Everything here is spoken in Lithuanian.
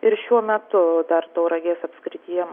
ir šiuo metu dar tauragės apskrityje